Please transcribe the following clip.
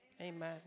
Amen